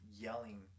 yelling